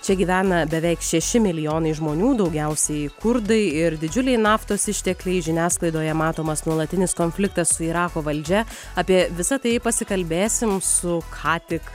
čia gyvena beveik šeši milijonai žmonių daugiausiai kurdai ir didžiuliai naftos ištekliai žiniasklaidoje matomas nuolatinis konfliktas su irako valdžia apie visa tai pasikalbėsim su ką tik